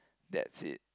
that's it